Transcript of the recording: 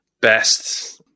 best